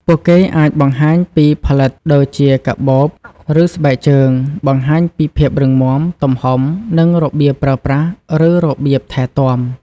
ពួកគេអាចបង្ហាញពីផលិតដូចជាកាបូប ឬស្បែកជើង បង្ហាញពីភាពរឹងមាំ ទំហំ និងរបៀបប្រើប្រាស់ ឬរបៀបថែទាំ។